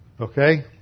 Okay